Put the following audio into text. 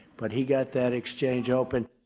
but he got that exchange open.